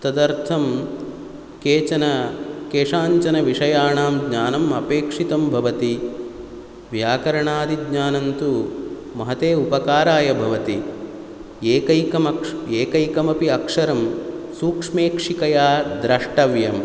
तदर्थं केचन केषाञ्चनविषयाणां ज्ञानम् अपेक्षितं भवति व्याकरणादिज्ञानं तु महते उपकाराय भवति एकैकमक्ष् एकैकमपि अक्षरं सूक्ष्मेक्षिकया द्रष्टव्यं